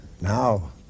now